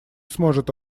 сможет